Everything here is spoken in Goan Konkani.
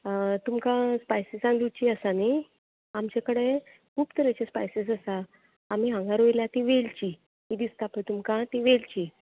तुमकां स्पायसिसान रुची आसा न्हय आमच्या कडेन खूब तरेचे स्पायसीस आसा आमी हांगां रोयल्या ती वेलची ही दिसता पळय तुमकां ती वेलची